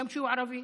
גם כשהוא ערבי,